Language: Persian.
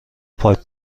پاک